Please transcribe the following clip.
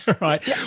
right